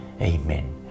Amen